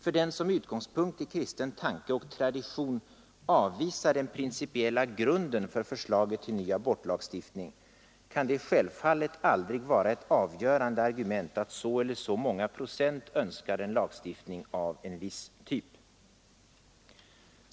För den som med utgångspunkt i kristen tanke och tradition avvisar den principiella grunden för förslaget till ny abortlagstiftning kan det självfallet aldrig vara ett avgörande argument att så eller så många procent av medborgarna önskar lagstiftning av en viss typ.